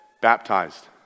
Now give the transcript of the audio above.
Baptized